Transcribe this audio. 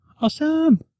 Awesome